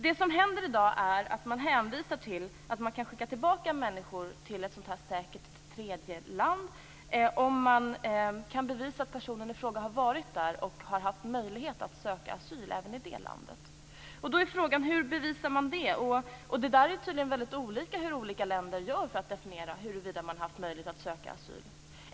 Det som händer i dag är att man hänvisar till att man kan skicka tillbaka människor till ett säkert tredjeland, om man kan bevisa att personen i fråga har varit där och har haft möjlighet att söka asyl även i det landet. Då är frågan: Hur bevisar man detta? Det är tydligen väldigt olika hur olika länder gör för att definiera huruvida det har funnits möjlighet att söka asyl.